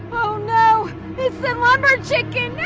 oh no, it's the lumber chicken!